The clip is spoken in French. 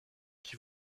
qui